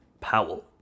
Powell